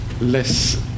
less